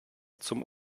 zum